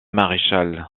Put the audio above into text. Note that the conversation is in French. maréchal